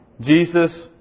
Jesus